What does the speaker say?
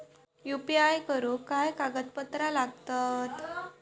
UPI करुक काय कागदपत्रा लागतत?